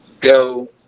go